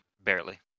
Barely